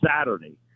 Saturday